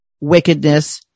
wickedness